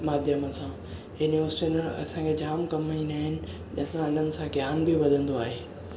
माध्यमनि सां हे news channel असां खे जाम कमु ईंदा आहिनि असां हिननि सां ज्ञान बि वधंदो आहे